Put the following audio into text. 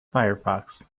firefox